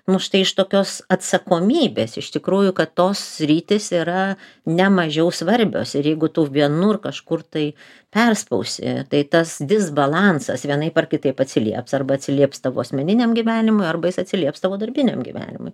nu štai iš tokios atsakomybės iš tikrųjų kad tos sritys yra ne mažiau svarbios ir jeigu tu vienur kažkur tai perspausi tai tas disbalansas vienaip ar kitaip atsilieps arba atsilieps tavo asmeniniam gyvenimui arba jis atsilieps tavo darbiniam gyvenimui